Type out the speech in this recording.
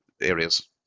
areas